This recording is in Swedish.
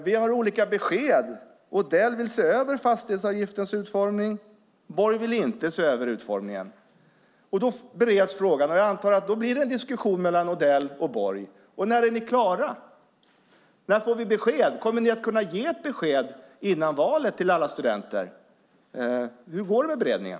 Vi får höra olika besked. Odell vill se över fastighetsavgiftens utformning. Borg vill inte se över utformningen. Då bereds frågan. Jag antar att det då blir en diskussion mellan Odell och Borg. När är ni klara? När får vi besked? Kommer ni att kunna ge besked innan valet till alla studenter? Hur går det med beredningen?